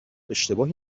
اشتباهی